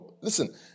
Listen